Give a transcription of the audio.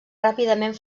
ràpidament